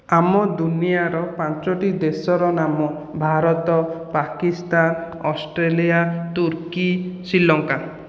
ଆମ ଦୁନିଆଁର ପାଞ୍ଚୋଟି ଦେଶର ନାମ ଭାରତ ପାକିସ୍ତାନ ଅଷ୍ଟ୍ରେଲିଆ ତୁର୍କୀ ଶ୍ରୀଲଙ୍କା